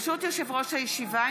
ברשות יושב-ראש הישיבה,